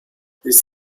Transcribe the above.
this